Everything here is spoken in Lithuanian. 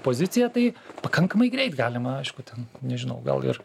poziciją tai pakankamai greit galima aišku ten nežinau gal ir